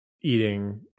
eating